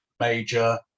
major